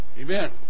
Amen